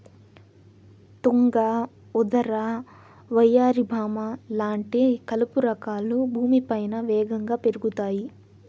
తుంగ, ఉదర, వయ్యారి భామ లాంటి కలుపు రకాలు భూమిపైన వేగంగా పెరుగుతాయి